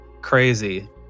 crazy